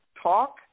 talk